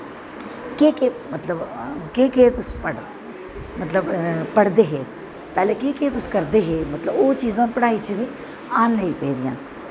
केह् केह् मतबव केह् केह् तुस मतलब पढ़दे हे पैह्लें केह् केह् मतलब तुस करदे हे ओह् चीजां पढ़ाई च बी आन लग्गी पेदियां